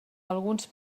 alguns